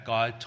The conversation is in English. God